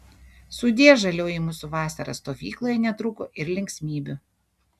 sudie žalioji mūsų vasara stovykloje netrūko ir linksmybių